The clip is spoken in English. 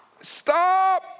Stop